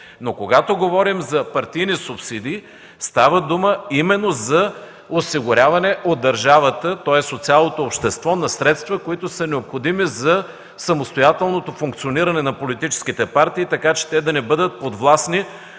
Но когато говорим за партийни субсидии, става дума именно за осигуряване от държавата, тоест от цялото общество, на средства, които са необходими за самостоятелното функциониране на политическите партии, така че те да не бъдат подвластни